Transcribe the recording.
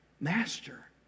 master